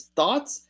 thoughts